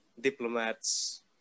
diplomats